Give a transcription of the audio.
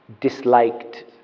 disliked